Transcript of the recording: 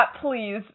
please